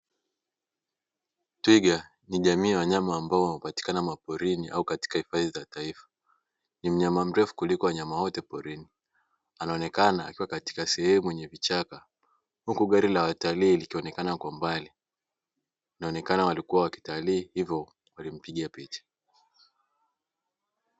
Twiga ni jamii ya wanyama ambao hupatikana maporini au katika hifadhi za taifa, ni mnyama mrefu kuliko wote porini anaonekana akiwa katika sehemu yenye vichaka huku gari la watalii likionekana kwa mbali, inaonekana walikua wakitalii huku wakimpiga picha.